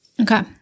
Okay